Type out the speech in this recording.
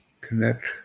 Connect